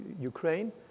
Ukraine